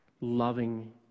loving